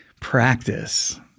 practice